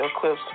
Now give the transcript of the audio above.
clips